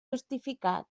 justificat